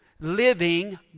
living